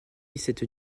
cette